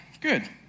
good